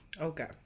okay